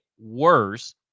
worse